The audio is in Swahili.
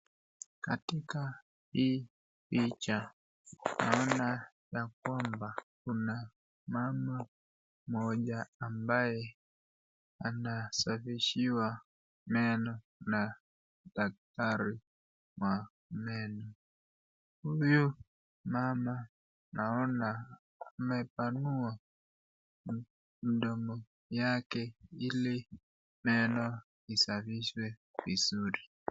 Katika hii picha naona ya kwamba kuna mama moja ambaye anasafishiwa meno na daktari wa meno. Huyu mama naona amepanua mdomo wake ili meno isafishwe vizuri.